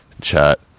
chat